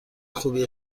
خوبی